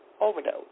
overdose